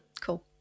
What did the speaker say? Cool